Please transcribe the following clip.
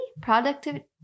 productivity